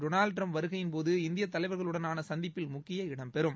Donald Trump வருகையின் போது இந்திய தலைவர்களுடனான சந்திப்பில் முக்கிய இடம்பெறும்